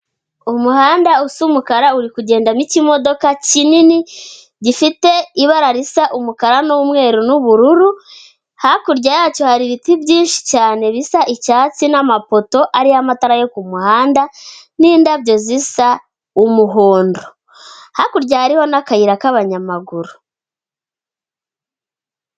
Umuhanda usa umukara uri kugenda n'ikimodoka kinini gifite ibara risa umukara n'umweru n'ubururu, hakurya yacyo hari ibiti byinshi cyane bisa icyatsi n'amapoto hariho amatara yo ku muhanda n'indabyo zisa umuhondo, hakurya hariho n'akayira k'abanyamaguru.